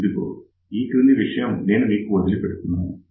ఇదిగో ఈ క్రింది విషయం నేను మీకు వదిలి పెడుతున్నాను